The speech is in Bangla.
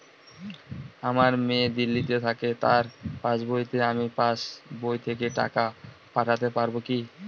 আমার মেয়ে দিল্লীতে থাকে তার পাসবইতে আমি পাসবই থেকে টাকা পাঠাতে পারব কি?